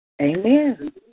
Amen